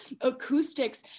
acoustics